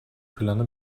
planı